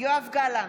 יואב גלנט,